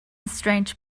strange